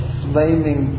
flaming